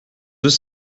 deux